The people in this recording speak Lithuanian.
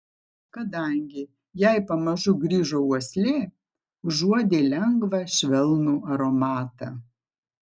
kadangi jai pamažu grįžo uoslė užuodė lengvą švelnų aromatą